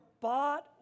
bought